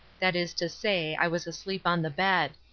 that is to say, i was asleep on the bed.